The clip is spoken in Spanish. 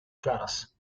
claras